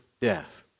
death